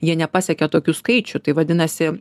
jie nepasiekia tokių skaičių tai vadinasi